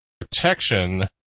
protection